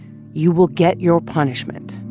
you will get your punishment